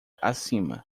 acima